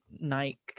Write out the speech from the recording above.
Nike